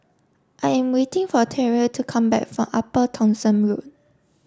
I am waiting for Tyrel to come back from Upper Thomson Road